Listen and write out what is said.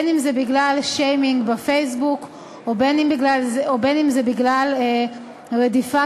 אם בגלל שיימינג בפייסבוק ואם בגלל רדיפה